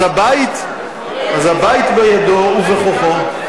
בעקבות נאום מסוים, אז הבית בידו ובכוחו,